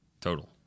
total